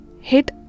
hit